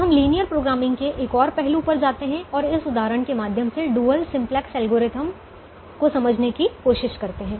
अब हम linear programming के एक और पहलू पर जाते हैं और इस उदाहरण के माध्यम से डुअल सिंप्लेक्स एल्गोरिथ्म को समझने की कोशिश करते हैं